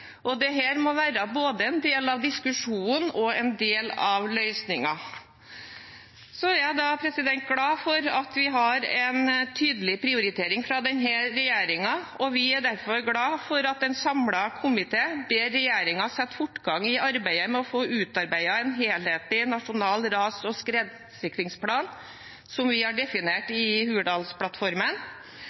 må være både en del av diskusjonen og en del av løsningen. Og så er jeg glad for at vi har en tydelig prioritering fra denne regjeringen. Vi er derfor glad for at en samlet komité ber regjeringen sette fortgang i arbeidet med å få utarbeidet en helhetlig nasjonal ras- og skredsikringsplan som vi har definert i Hurdalsplattformen,